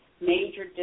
major